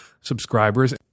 subscribers